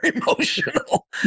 emotional